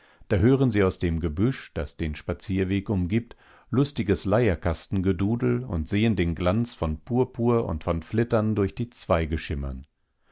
da hören sie aus dem gebüsch das den spazierweg umgibt lustiges leierkastengedudel und sehen den glanz von purpur und von flittern durch die zweige schimmern